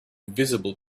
visible